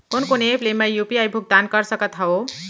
कोन कोन एप ले मैं यू.पी.आई भुगतान कर सकत हओं?